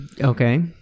Okay